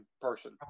person